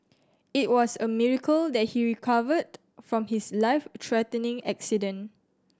it was a miracle that he recovered from his life threatening accident